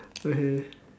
okay